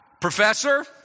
professor